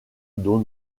dont